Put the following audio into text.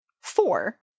Four